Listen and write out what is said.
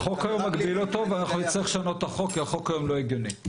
החוק היום מגביל אותו ואנחנו נצטרך לשנות את החוק החוק היום לא הגיוני.